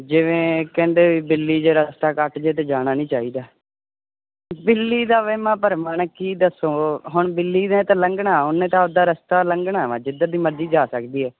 ਜਿਵੇਂ ਕਹਿੰਦੇ ਬਿੱਲੀ ਜਿਹੜਾ ਰਸਤਾ ਕੱਟ ਜੇ ਤਾਂ ਜਾਣਾ ਨਹੀਂ ਚਾਹੀਦਾ ਬਿੱਲੀ ਦਾ ਵਹਿਮਾ ਭਰਮਾ ਨਾ ਕੀ ਦੱਸੋ ਹੁਣ ਬਿੱਲੀ ਨੇ ਤਾਂ ਲੰਘਣਾ ਉਹਨੇ ਤਾਂ ਆਪਦਾ ਰਸਤਾ ਲੰਘਣਾ ਵਾ ਜਿੱਧਰ ਦੀ ਮਰਜ਼ੀ ਜਾ ਸਕਦੀ ਹੈ